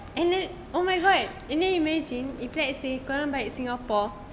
and then oh my god and then imagine if let's say korang balik singapore